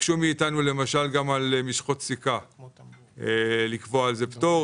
ביקשו מאיתנו גם על משחות סיכה לקבוע פטור.